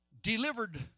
delivered